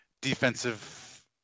defensive